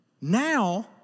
Now